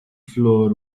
floor